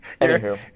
Anywho